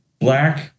black